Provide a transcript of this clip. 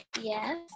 Yes